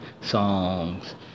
songs